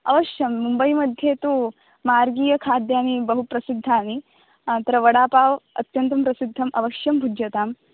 अवश्यं मुम्बै मध्ये तु मार्गीयखाद्यानि बहुप्रसिद्धानि अत्र वडापाव् अत्यन्तं प्रसिद्धम् अवश्यं भुज्यताम्